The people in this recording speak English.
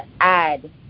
add